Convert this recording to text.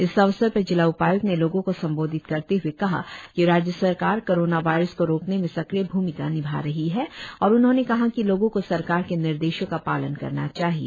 इस अवसर पर जिला उपाय्क्त ने लोगो को संबोधित करते हए कहा कि राज्य सरकार कोरोना वायरस को रोकने में सक्रिय भुमिका निभा रही है और उन्होंने कहा कि लोगो को सरकार के निर्देशो का पालन करना चाहिए